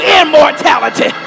immortality